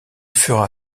fera